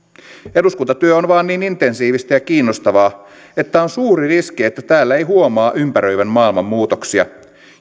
eduskuntatyö on vain niin intensiivistä ja kiinnostavaa että on suuri riski että täällä ei huomaa ympäröivän maailman muutoksia